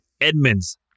Edmonds